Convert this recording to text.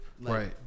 Right